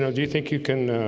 know, do you think you can